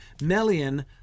Melian